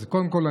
אז קודם כול,